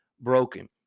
broken